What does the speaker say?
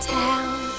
town